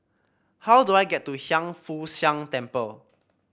how do I get to Hiang Foo Siang Temple